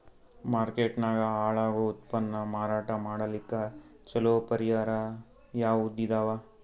Market ನಾಗ ಹಾಳಾಗೋ ಉತ್ಪನ್ನ ಮಾರಾಟ ಮಾಡಲಿಕ್ಕ ಚಲೋ ಪರಿಹಾರ ಯಾವುದ್ ಇದಾವ?